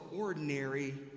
ordinary